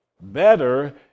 better